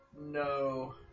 No